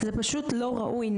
זה פשוט לא ראוי.